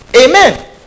Amen